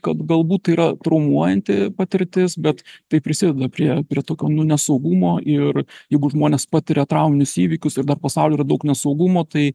kad galbūt tai yra traumuojanti patirtis bet tai prisideda prie prie tokio nesaugumo ir jeigu žmonės patiria trauminius įvykius ir dar pasauly yra daug saugumo tai